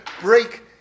break